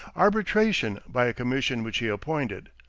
arbitration by a commission which he appointed.